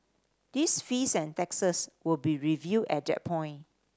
these fees and taxes will be reviewed at that point